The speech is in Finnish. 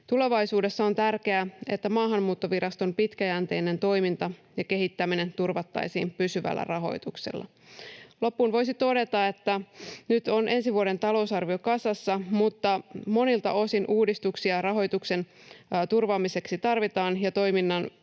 Tulevaisuudessa on tärkeää, että Maahanmuuttoviraston pitkäjänteinen toiminta ja kehittäminen turvattaisiin pysyvällä rahoituksella. Loppuun voisi todeta, että nyt on ensi vuoden talousarvio kasassa, mutta monilta osin tarvitaan uudistuksia rahoituksen turvaamiseksi ja toiminnan